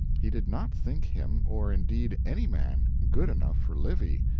he did not think him, or, indeed, any man, good enough for livy,